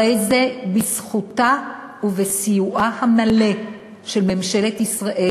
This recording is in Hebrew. הרי זה בזכותה ובסיועה המלא של ממשלת ישראל,